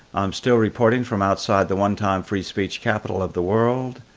i'm still reporting from outside the one-time free speech capital of the world.